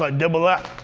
like double that